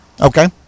Okay